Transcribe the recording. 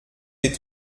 des